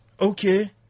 Okay